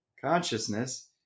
consciousness